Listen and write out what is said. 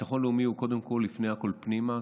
ביטחון לאומי הוא קודם כול ולפני הכול פנימה,